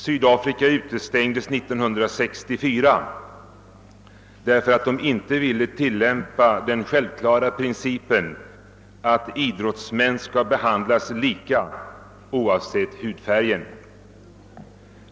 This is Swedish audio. Sydafrika utestängdes år 1964 därför att landet inte ville tillämpa den självklara principen att idrottsmän skall behandlas lika oavsett hudfärg.